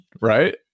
right